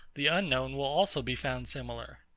the unknown will also be found similar.